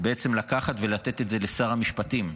בעצם לקחת ולתת את זה לשר המשפטים,